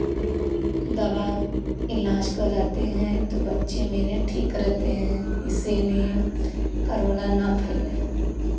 दवा इलाज़ कराते हैं तो बच्चे मेरे ठीक रहते हैं इसीलिए कोरोना ना फैले